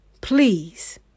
Please